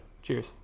cheers